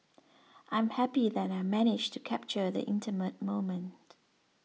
I'm happy that I managed to capture the intimate moment